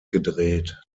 gedreht